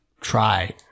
try